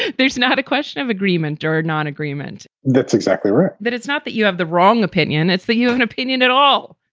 there's not a question of agreement or not agreement. that's exactly right. that it's not that you have the wrong opinion. it's that you have an opinion at all